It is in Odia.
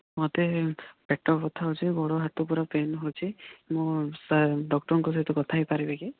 ମୋତେ ପେଟ ବଥା ହୋଉଛି ଗୋଡ଼ହାତ ପୁରା ପେନ୍ ହେଉଛି ମୁଁ ସାର୍ ଡକ୍ଟର୍ଙ୍କ ସହ କଥା ହୋଇପାରିବି କି